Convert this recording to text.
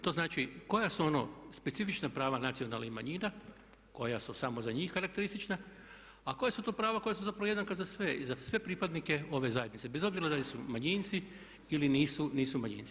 To znači koja su ono specifična prava nacionalnih manjina, koja su samo za njih karakteristična a koja su to prava koja su zapravo jednaka za sve, i za sve pripadnike ove zajednice, bez obzira da li su manjinci ili nisu manjinci.